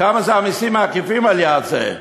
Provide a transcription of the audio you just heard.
כמה המסים העקיפים על זה?